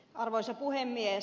arvoisa puhemies